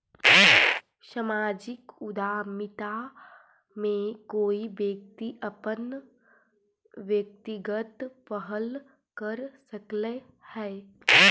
सामाजिक उद्यमिता में कोई व्यक्ति अपन व्यक्तिगत पहल कर सकऽ हई